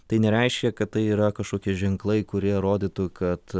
tai nereiškia kad tai yra kažkokie ženklai kurie rodytų kad